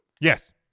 yes